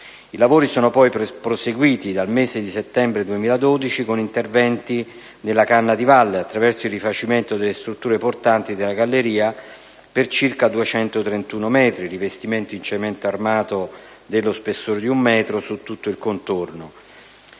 I lavori sono poi proseguiti dal mese di settembre 2012 con interventi nella canna di valle, attraverso il rifacimento delle strutture portanti della galleria, per circa 231 metri (in particolare il rivestimento in cemento armato dello spessore di un metro su tutto il contorno),